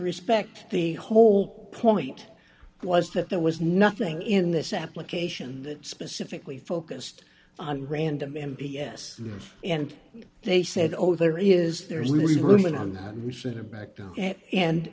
respect the whole point was that there was nothing in this application that specifically focused on random m p s and they said oh there is there